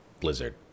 Blizzard